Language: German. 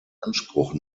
anspruch